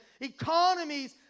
economies